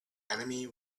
enemy